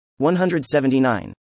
179